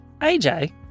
AJ